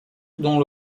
dont